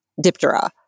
diptera